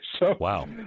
Wow